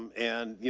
um and you